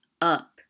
up